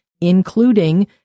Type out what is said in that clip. including